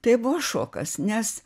tai buvo šokas nes